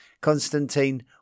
Constantine